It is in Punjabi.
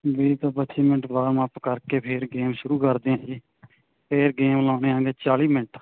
ਵੀਹ ਤੋਂ ਪੱਚੀ ਮਿੰਟ ਵਾਰਮ ਅੱਪ ਕਰ ਕੇ ਅਤੇ ਫਿਰ ਗੇਮ ਸ਼ੁਰੂ ਕਰਦੇ ਹਾਂ ਜੀ ਫਿਰ ਗੇਮ ਲਾਉਂਦੇ ਹਾਂ ਜੀ ਚਾਲੀ ਮਿੰਟ